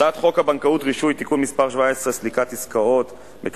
הצעת חוק הבנקאות (רישוי) (תיקון מס' 17) (סליקת עסקאות בכרטיסי